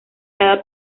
cada